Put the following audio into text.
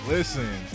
Listen